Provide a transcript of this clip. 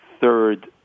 third